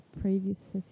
previous